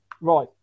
Right